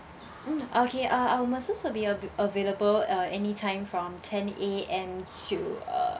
mm okay uh our masseuse will be ava~ available uh anytime from ten A_M to uh